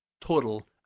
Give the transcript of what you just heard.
total